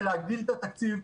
בלהגדיל את התקציב,